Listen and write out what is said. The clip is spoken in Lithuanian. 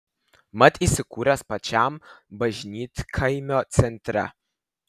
mat įsikūręs pačiam bažnytkaimio centre